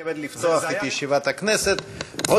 תוכן העניינים מסמכים שהונחו על שולחן הכנסת 6